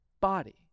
body